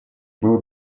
было